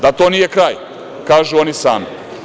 Da to nije kraj, kažu oni sami.